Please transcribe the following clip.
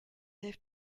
have